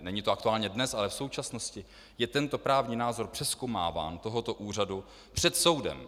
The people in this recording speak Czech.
Není to aktuálně dnes, ale v současnosti je tento právní názor přezkoumáván, tohoto úřadu, před soudem.